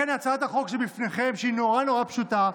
לכן, הצעת החוק שבפניכם, שהיא נורא נורא פשוטה,